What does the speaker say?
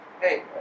hey